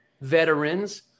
veterans